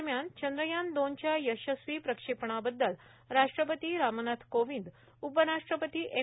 दरम्यान चंद्रयान दोन च्या यशस्वी प्रक्षेपणाबद्दल रा ट्रपती रामनाय कोविंद उपरा ट्रपती एम